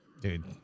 Dude